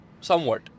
Somewhat